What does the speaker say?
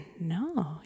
no